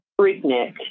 Freaknik